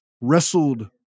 wrestled